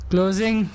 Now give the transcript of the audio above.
Closing